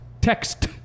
Text